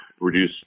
reduce